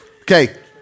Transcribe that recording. Okay